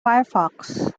firefox